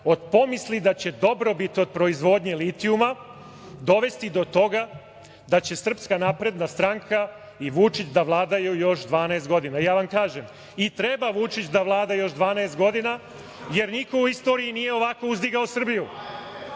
od pomisli da će dobrobit od proizvodnje litijuma dovesti do toga da će SNS i Vučić da vladaju još 12 godina. Ja vam kažem, i treba Vučić da vlada još 12 godina, jer niko u istoriji nije ovako uzdigao Srbiju.